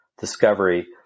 discovery